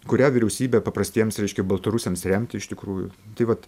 kurią vyriausybę paprastiems reiškia baltarusiams remti iš tikrųjų tai vat